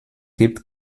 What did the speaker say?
gibt